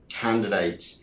candidates